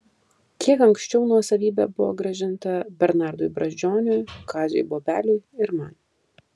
kiek anksčiau nuosavybė buvo grąžinta bernardui brazdžioniui kaziui bobeliui ir man